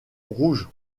rouge